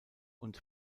und